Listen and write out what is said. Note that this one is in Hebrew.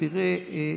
תראה,